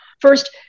First